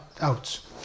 out